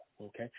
okay